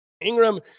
Ingram